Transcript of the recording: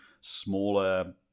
smaller